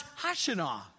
Hashanah